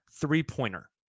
three-pointer